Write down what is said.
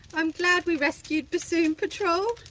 i'm glad we rescued bassoon patrol.